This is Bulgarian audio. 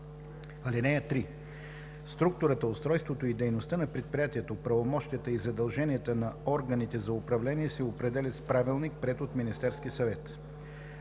(3) Структурата, устройството и дейността на предприятието, правомощията и задълженията на органите за управление се определят с правилник, приет от Министерския съвет.